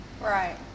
right